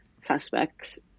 suspects